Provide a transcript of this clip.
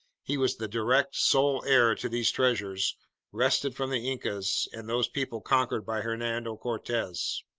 he was the direct, sole heir to these treasures wrested from the incas and those peoples conquered by hernando cortez!